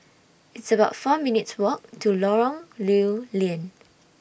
It's about four minutes' Walk to Lorong Lew Lian